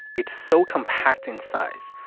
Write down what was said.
it's so compact in size.